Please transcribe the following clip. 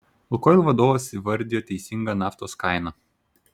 lukoil vadovas įvardijo teisingą naftos kainą